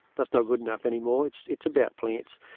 that's not good enough anymore, it's it's about plants.